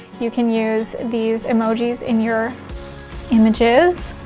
you can use these emojis in your images,